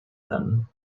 them